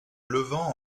levant